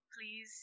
Please